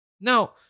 Now